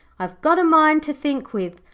i've got a mind to think with.